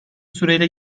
süreyle